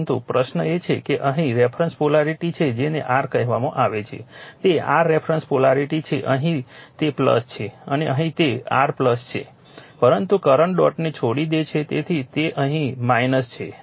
પરંતુ પ્રશ્ન એ છે કે અહીં રેફરન્સ પોલારિટી છે જેને r કહેવામાં આવે છે તે r રેફરન્સ પોલારિટી છે અહીં તે છે અને અહીં તે r છે પરંતુ કરંટ ડોટને છોડી દે છે તેથી અહીં તે છે